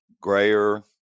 grayer